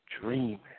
dreaming